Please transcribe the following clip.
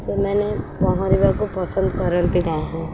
ସେମାନେ ପହଁରିବାକୁ ପସନ୍ଦ କରନ୍ତି ନାହିଁ